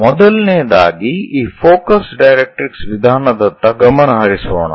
ಮೊದಲನೆಯದಾಗಿ ಈ focus directrix ವಿಧಾನದತ್ತ ಗಮನ ಹರಿಸೋಣ